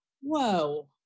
whoa